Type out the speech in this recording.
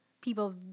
people